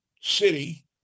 City